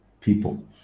people